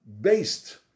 based